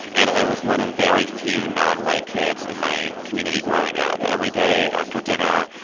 and i was one of very few nonwhite kids in my community growing up. every day after dinner,